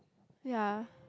ya